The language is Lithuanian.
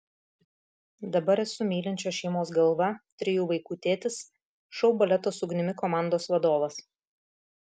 dabar esu mylinčios šeimos galva trijų vaikų tėtis šou baleto su ugnimi komandos vadovas